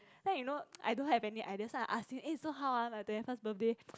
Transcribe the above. then you know I don't have any ideas so I ask him eh so how ah my twenty first birthday